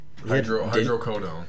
Hydrocodone